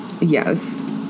Yes